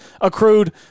accrued